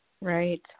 Right